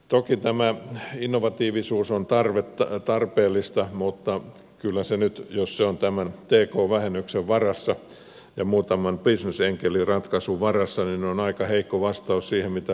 toki tämä innovatiivisuus on tarpeellista mutta jos se on tämän t k vähennyksen varassa ja muutaman bisnesenkelin ratkaisun varassa se on kyllä nyt aika heikko vastaus siihen mitä ruotsi on tehnyt